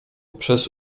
przez